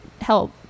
help